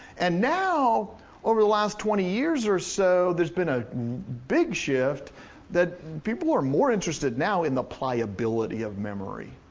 and now over the last twenty years or so, there's been a big shift that people are more interested now in the pliability of memory.